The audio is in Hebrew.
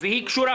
והיא קשורה,